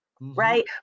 right